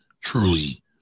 truly